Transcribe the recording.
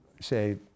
say